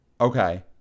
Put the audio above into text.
Okay